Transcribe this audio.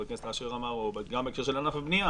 הכנסת אשר אמר וגם בהקשר של ענף הבנייה